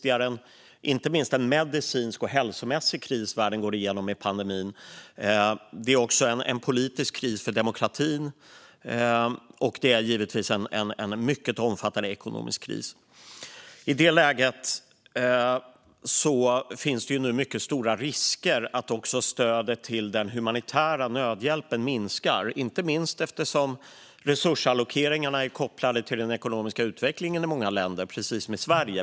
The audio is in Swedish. Det är inte minst en medicinsk och hälsomässig kris som världen går igenom i och med pandemin. Det är också en politisk kris för demokratin. Och det är givetvis en mycket omfattande ekonomisk kris. I detta läge finns det mycket stor risk att också stödet till den humanitära nödhjälpen minskar, inte minst eftersom resursallokeringarna är kopplade till den ekonomiska utvecklingen i många länder. Så är det i Sverige.